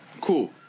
cool